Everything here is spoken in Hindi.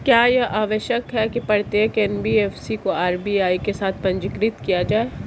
क्या यह आवश्यक है कि प्रत्येक एन.बी.एफ.सी को आर.बी.आई के साथ पंजीकृत किया जाए?